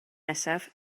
nesaf